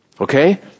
Okay